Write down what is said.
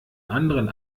anderen